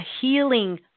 healing